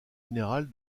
générale